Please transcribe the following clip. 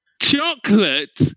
chocolate